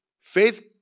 Faith